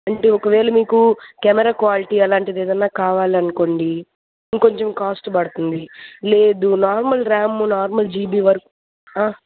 అంటే ఒకవేళ మీకు కెమెరా క్వాలిటీ అలాంటిది ఏదైనా కావాలనుకోండి ఇంకొంచెం కాస్ట్ పడుతుంది లేదు normal RAM normal GB work ఆ